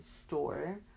store